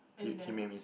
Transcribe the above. and then